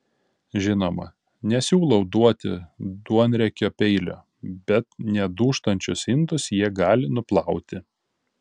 žinoma nesiūlau duoti duonriekio peilio bet nedūžtančius indus jie gali nuplauti